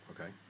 Okay